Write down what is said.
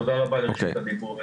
תודה רבה על רשות הדיבור.